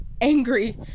angry